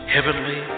Heavenly